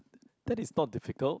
that is not difficult